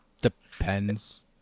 Depends